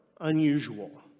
unusual